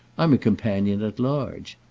i'm a companion at large.